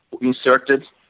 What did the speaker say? inserted